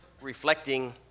reflecting